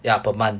ya per month